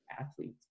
athletes